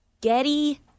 Getty